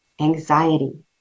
anxiety